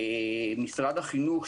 אני חושב שמשרד החינוך,